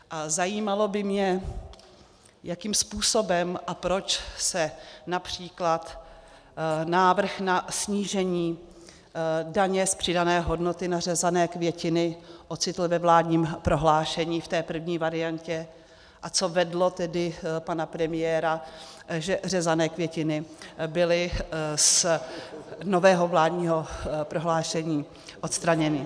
A zajímalo by mě, jakým způsobem a proč se např. návrh na snížení daně z přidané hodnoty na řezané květiny ocitl ve vládním prohlášení v té první variantě a co vedlo tedy pana premiéra, že řezané květiny byly z nového vládního prohlášení odstraněny.